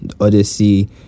odyssey